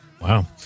Wow